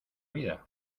vida